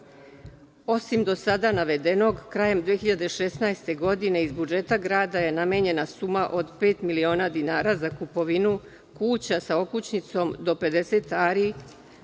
evra. Osim do sada navedenog, krajem 2016. godine iz budžeta grada je namenjena suma od pet miliona dinara za kupovinu kuća sa okućnicom do 50 ari,